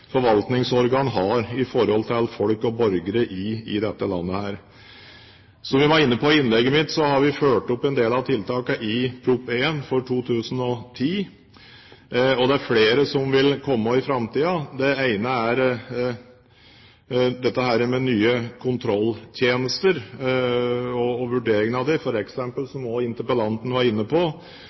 forvaltningsorgan har overfor folk og borgere i dette landet. Som jeg var inne på i innlegget mitt, har vi ført opp en del av tiltakene i Prop. S 1 for 2009–2010, og det er flere som vil komme i framtiden. Det ene er nye kontrolltjenester og vurderingen av dem, f.eks., som også interpellanten var inne på,